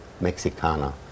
mexicana